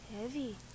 Heavy